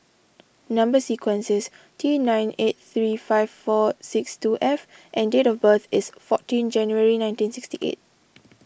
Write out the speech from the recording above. Number Sequence is T nine eight three five four six two F and date of birth is fourteen January nineteen sixty eight